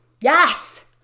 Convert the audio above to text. Yes